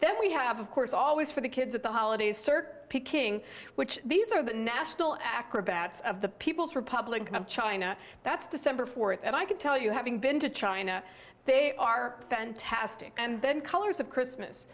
then we have of course always for the kids at the holidays circle picking which these are the national acrobats of the people's republic of china that's december fourth and i can tell you having been to china they are fantastic and then colors of christmas